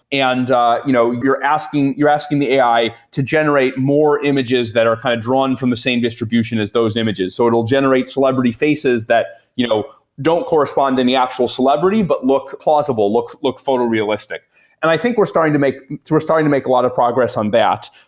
and you know you're asking you're asking the ai to generate more images that are kind of drawn from the same distribution as those images. so it will generate celebrity faces that you know don't correspond in the actual celebrity, but look plausible, look look photorealistic and i think we're starting to make so we're starting to make a lot of progress on that.